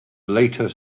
later